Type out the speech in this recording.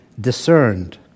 discerned